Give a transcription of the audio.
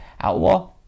Outlaw